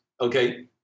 okay